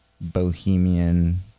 bohemian